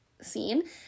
scene